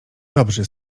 dobrzy